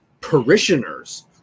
parishioners